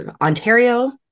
Ontario